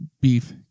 Beef